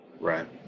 right